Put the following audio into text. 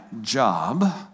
job